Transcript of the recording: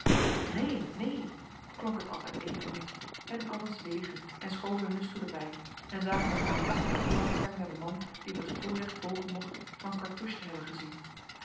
neen neen klonk het als uit éénen mond en allen zwegen en schoven hunne stoelen bij en zagen met aandachtige belangstelling naar den man die op het voorrecht bogen mocht van cartouche te hebben gezien